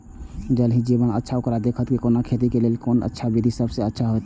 ज़ल ही जीवन छलाह ओकरा देखैत कोना के खेती करे के लेल कोन अच्छा विधि सबसँ अच्छा होयत?